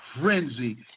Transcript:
frenzy